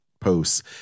posts